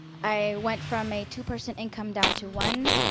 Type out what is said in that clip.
i went from a two-person income down to one,